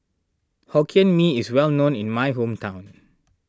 Hokkien Mee is well known in my hometown